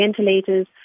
ventilators